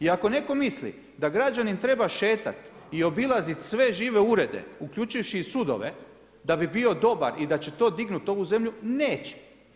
I ako netko misli da građanin treba šetati i obilazit sve žive urede uključujući i sudove da bi bio dobar i da će to dignut ovu zemlju, neće.